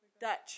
Dutch